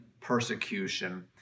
persecution